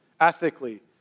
ethically